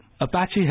Apache